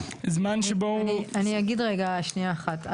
אני אגיד רגע שנייה אחת.